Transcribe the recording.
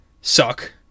suck